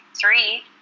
three